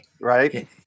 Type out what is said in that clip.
Right